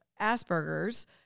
Asperger's